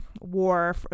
war